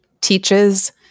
teaches